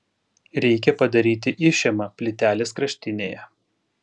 reikia padaryti išėmą plytelės kraštinėje